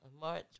March